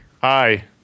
Hi